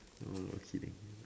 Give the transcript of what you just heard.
no exceeding